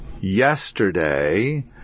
yesterday